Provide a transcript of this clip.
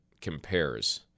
compares